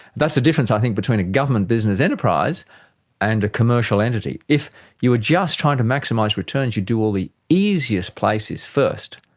that's the difference, i think, between a government business enterprise and a commercial entity. if you were just trying to maximise returns, you'd do all the easiest places first,